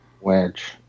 Wedge